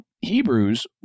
Hebrews